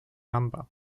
number